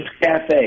Cafe